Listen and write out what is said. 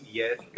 yes